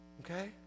Okay